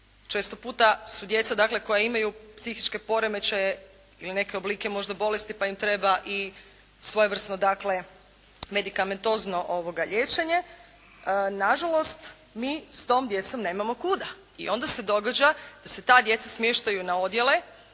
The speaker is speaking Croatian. Često puta su djeca dakle koja imaju psihičke poremećaje ili neke oblike možda bolesti pa im treba i svojevrsno dakle medikamentozno liječenje. Na žalost mi s tom djecom nemamo kuda i onda se događa da se ta djeca smještaju na odjele